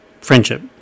friendship